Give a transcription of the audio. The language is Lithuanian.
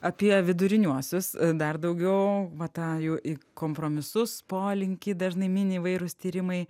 apie viduriniuosius dar daugiau va tą jų į kompromisus polinkį dažnai mini įvairūs tyrimai